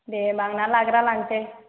दे होम्बा आं ना लाग्रा लांनोसै